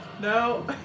no